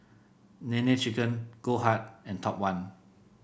Nene Chicken Goldheart and Top One